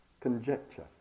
conjecture